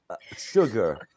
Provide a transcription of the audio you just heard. sugar